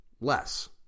less